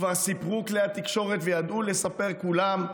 כבר סיפרו כלי התקשורת וידעו לספר לכולם,